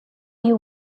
you